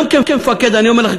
גם כמפקד אני אומר לך,